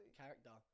character